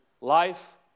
life